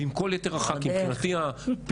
ועם כל יתר הח"כים ולפי הפיצול